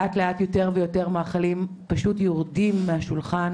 לאט-לאט יותר מאכלים פשוט יורדים מהשולחן.